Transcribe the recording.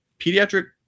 pediatric